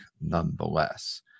nonetheless